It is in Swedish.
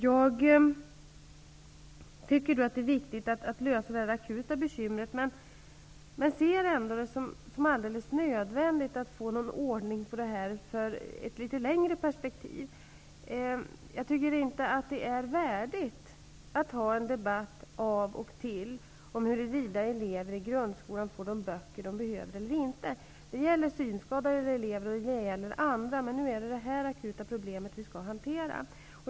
Det är viktigt att lösa det akuta bekymret, men jag ser det ändå som alldeles nödvändigt att få någon ordning på detta i ett längre perspektiv. Det är inte värdigt att ha en debatt av och till om huruvida elever i grundskolan får de böcker de behöver eller inte. Det gäller synskadade elever, och det gäller andra. Nu är det detta akuta problem som vi skall hantera.